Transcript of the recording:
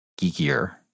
geekier